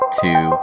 two